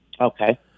Okay